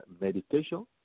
meditation